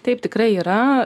taip tikrai yra